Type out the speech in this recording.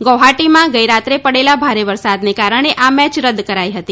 ગૌહાટીમાં ગત રાત્રે પડેલા ભારે વરસાદને કારણે આ મેચ રદ કરાઈ હતી